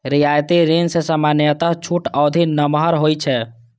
रियायती ऋण मे सामान्यतः छूट अवधि नमहर होइ छै